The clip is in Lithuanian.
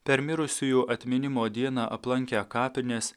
per mirusiųjų atminimo dieną aplankę kapines